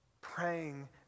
praying